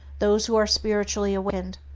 those who are spiritually awakened,